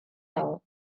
dago